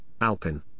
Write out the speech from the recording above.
Alpin